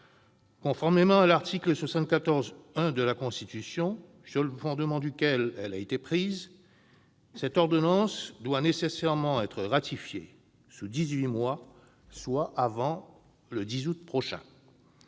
Conformément à l'article 74-1 de la Constitution, sur le fondement duquel elle a été prise, cette ordonnance doit nécessairement être ratifiée dans les dix-huit mois suivant